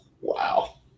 Wow